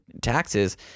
taxes